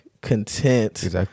content